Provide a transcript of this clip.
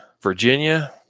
Virginia